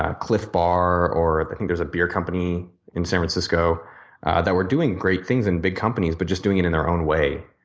ah cliff bar or i think there's a beer company in san francisco that were doing great things in big companies, but just doing it in their own way.